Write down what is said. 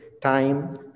time